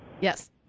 Yes